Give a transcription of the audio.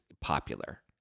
popular